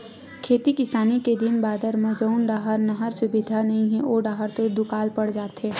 खेती किसानी के दिन बादर म जउन डाहर नहर सुबिधा नइ हे ओ डाहर तो दुकाल पड़ जाथे